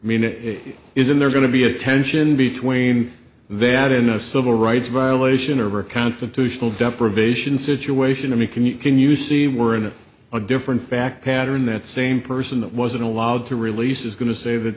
or mean it isn't there going to be a tension between that in a civil rights violation or a constitutional deprivation situation and he can you can you see we're in a different fact pattern that same person that wasn't allowed to release is going to say that